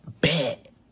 bet